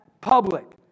public